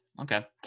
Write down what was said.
Okay